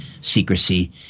secrecy